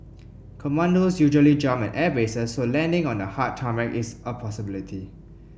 commandos usually jump at airbases so landing on the hard tarmac is a possibility